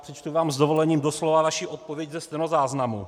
Přečtu vám s dovolením doslova vaši odpověď ze stenozáznamu.